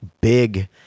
big